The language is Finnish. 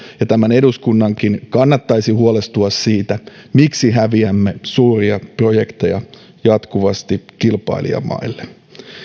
ja tämän eduskunnankin kannattaisi huolestua siitä miksi häviämme suuria projekteja jatkuvasti kilpailijamaille